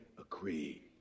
agree